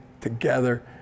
together